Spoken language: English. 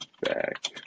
Back